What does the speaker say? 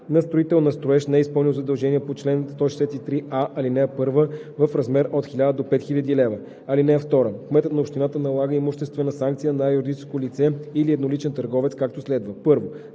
на строител на строеж, неизпълнил задължение по чл. 163а, ал. 1 – в размер от 1000 до 5000 лв. (2) Кметът на общината налага имуществена санкция на юридическо лице или на едноличен търговец, както следва: